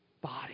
body